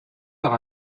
par